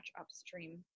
upstream